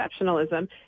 exceptionalism